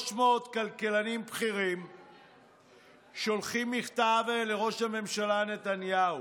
300 כלכלנים בכירים שולחים מכתב לראש הממשלה נתניהו,